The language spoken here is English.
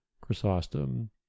Chrysostom